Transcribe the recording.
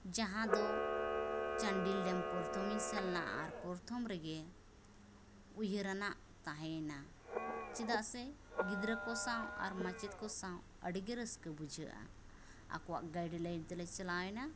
ᱡᱟᱦᱟᱸᱫᱚ ᱪᱟᱱᱰᱤᱞ ᱰᱮᱢ ᱯᱚᱨᱛᱷᱚᱢᱤᱧ ᱥᱮᱱᱞᱮᱱᱟ ᱟᱨ ᱯᱚᱨᱛᱷᱚᱢᱨᱮᱜᱮ ᱩᱭᱦᱟᱹᱨᱟᱱᱟᱜ ᱛᱟᱦᱮᱸᱭᱮᱱᱟ ᱪᱮᱫᱟᱜ ᱥᱮ ᱜᱤᱫᱽᱨᱟᱹᱠᱚ ᱥᱟᱶ ᱟᱨ ᱢᱟᱪᱮᱫᱠᱚ ᱥᱟᱶ ᱟᱹᱰᱤᱜᱮ ᱨᱟᱹᱥᱠᱟᱹ ᱵᱩᱡᱷᱟᱹᱜᱼᱟ ᱟᱠᱚᱣᱟᱜ ᱜᱟᱭᱤᱰᱞᱟᱭᱤᱱ ᱛᱮᱞᱮ ᱪᱟᱞᱟᱣᱮᱱᱟ